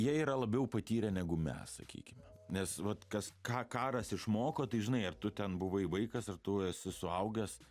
jie yra labiau patyrę negu mes sakykime nes vat kas ką karas išmoko tai žinai ar tu ten buvai vaikas ar tu esu suaugęs